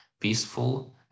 peaceful